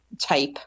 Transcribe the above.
type